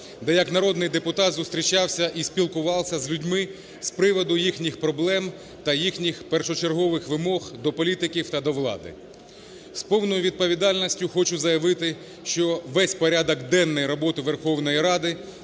де як народний депутат зустрічався і спілкувався з людьми з приводу їхніх проблем та їхніх першочергових вимог до політиків та до влади. З повною відповідальністю хочу заявити, що весь порядок денний роботи Верховної Ради,